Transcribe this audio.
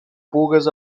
pugues